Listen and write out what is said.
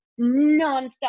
nonstop